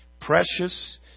Precious